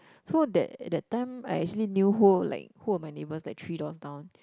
so that that time I actually knew who like who were my neighbours like three doors down